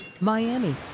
Miami